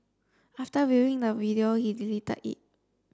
after viewing the video he deleted it